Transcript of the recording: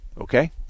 Okay